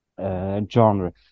genre